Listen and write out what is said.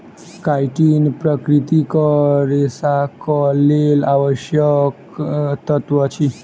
chitin प्राकृतिक रेशाक लेल आवश्यक तत्व अछि